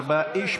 ארבעה איש,